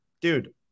dude